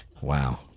Wow